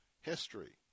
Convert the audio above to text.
history